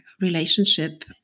relationship